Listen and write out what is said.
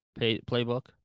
playbook